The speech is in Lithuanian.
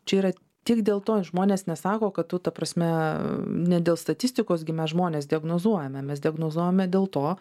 čia yra tik dėl to žmonės nesako kad tu ta prasme ne dėl statistikos gi mes žmones diagnozuojame mes diagnozuojame dėl to